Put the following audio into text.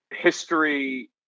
History